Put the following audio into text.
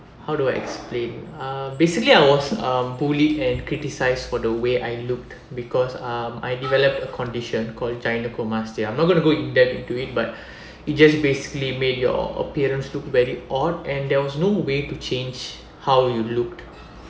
how do I explain uh basically I was um bullied and criticized for the way I looked because um I developed a condition called gynaecomastia I'm not gonna go in depth into it but it just basically make your appearance look very odd and there was no way to change how you looked